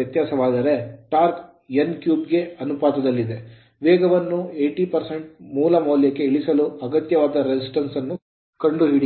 ವ್ಯತ್ಯಾಸವಾದರೆ torque torque n3 ಗೆ ಅನುಪಾತದಲ್ಲಿದ್ದರೆ ವೇಗವನ್ನು 80 ಮೂಲ ಮೌಲ್ಯಕ್ಕೆ ಇಳಿಸಲು ಅಗತ್ಯವಾದ resistance ಪ್ರತಿರೋಧವನ್ನು ಕಂಡುಹಿಡಿಯಿರಿ